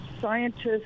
scientists